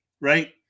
right